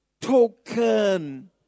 Token